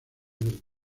del